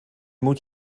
moet